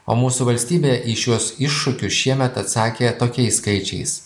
o mūsų valstybė į šiuos iššūkius šiemet atsakė tokiais skaičiais